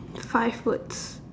five words